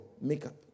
makeup